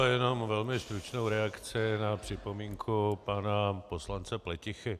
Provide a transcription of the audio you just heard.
Jenom velmi stručnou reakci na připomínku pana poslance Pletichy.